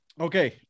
Okay